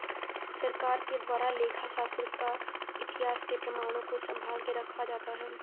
सरकार के द्वारा लेखा शास्त्र का इतिहास के प्रमाणों को सम्भाल के रखा जाता है